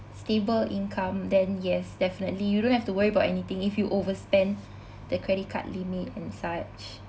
stable income then yes definitely you don't have to worry about anything if you overspend the credit card limit and such